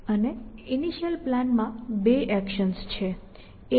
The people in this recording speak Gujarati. અને ઈનિશીઅલ પ્લાનમાં બે એક્શન્સ છે a0 અને a∞